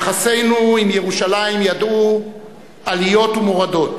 יחסינו עם ירושלים ידעו עליות ומורדות.